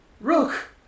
Rook